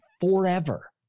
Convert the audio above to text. forever